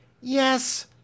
Yes